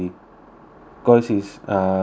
because is um